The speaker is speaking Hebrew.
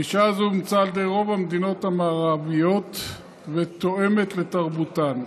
גישה זו אומצה על ידי רוב המדינות המערביות ותואמת לתרבותן.